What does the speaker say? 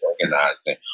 organizing